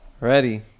Ready